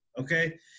okay